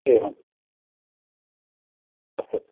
एवम् अस्तु